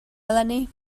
eleni